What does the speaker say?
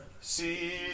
See